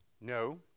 No